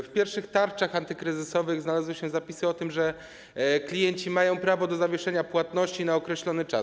W pierwszych tarczach antykryzysowych znalazły się zapisy o tym, że klienci mają prawo do zawieszenia płatności na określony czas.